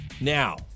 Now